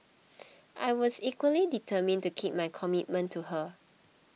I was equally determined to keep my commitment to her